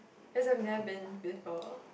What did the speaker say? cause I've never been before